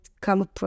come